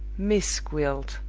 miss gwilt!